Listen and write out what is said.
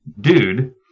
dude